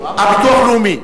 ביטוח לאומי.